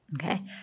okay